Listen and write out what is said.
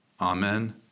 Amen